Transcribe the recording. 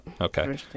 Okay